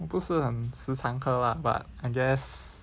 我不是很时常喝 lah but I guess